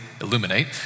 illuminate